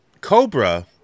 Cobra